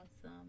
awesome